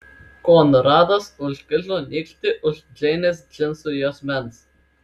konradas užkišo nykštį už džeinės džinsų juosmens